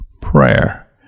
prayer